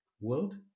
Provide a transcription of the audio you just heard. world